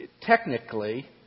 technically